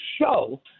show